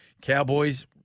Cowboys